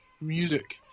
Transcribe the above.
music